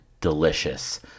delicious